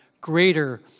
greater